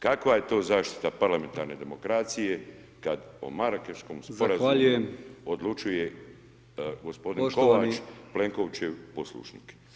Kakva je to zaštita parlamentarne demokracije, kad o Marakeškom sporazumu [[Upadica: Zahvaljujem]] odlučuje gospodin Kovač [[Upadica: Zahvaljuje]] Plenkovićev poslušnik.